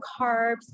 carbs